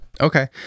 Okay